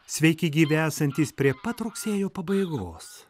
sveiki gyvi esantys prie pat rugsėjo pabaigos